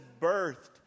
birthed